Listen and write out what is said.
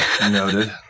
Noted